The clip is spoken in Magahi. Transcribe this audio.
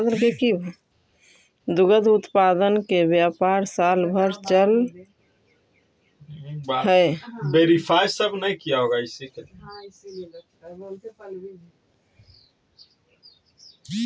दुग्ध उत्पादन के व्यापार साल भर चलऽ हई